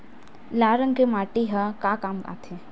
लाल रंग के माटी ह का काम आथे?